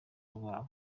rwabo